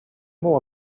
more